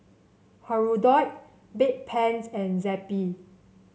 Hirudoid Bedpans and Zappy